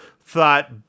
thought